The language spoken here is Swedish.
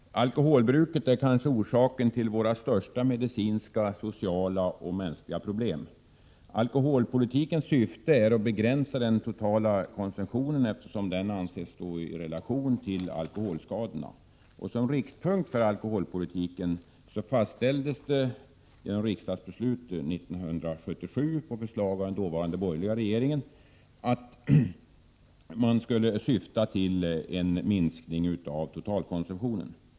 Herr talman! Alkoholbruket är kanske orsaken till våra största medicinska, sociala och mänskliga problem. Alkoholpolitikens syfte är att begränsa den totala konsumtionen, eftersom denna anses stå i relation till alkoholskadorna. Som riktpunkt för alkoholpolitiken fastställdes genom riksdagsbeslut 1977, på förslag av den dåvarande borgerliga regeringen, att man skulle verka för en minskning av totalkonsumtionen.